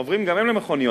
עוברים גם הם למכוניות.